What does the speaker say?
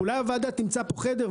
אולי הוועדה תמצא פה חדר,